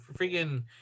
freaking